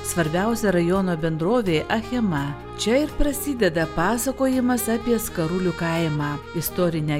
svarbiausia rajono bendrovė achema čia ir prasideda pasakojimas apie skarulių kaimą istorinę